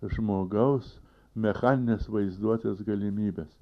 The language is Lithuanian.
žmogaus mechaninės vaizduotės galimybes